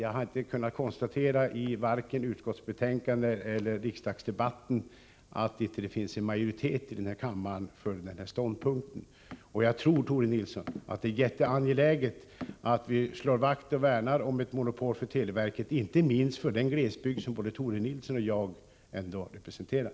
Jag har inte vare sig i utskottsbetänkande eller i riksdagsdebatt kunnat konstatera annat än att det finns en majoritet för den ståndpunkten här i kammaren. Och jag tror, Tore Nilsson, att det är ytterst angeläget att vi värnar om ett monopol för televerket, inte minst med tanke på den glesbygd som både Tore Nilsson och jag ändå representerar.